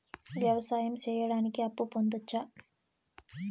వ్యవసాయం సేయడానికి అప్పు పొందొచ్చా?